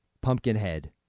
Pumpkinhead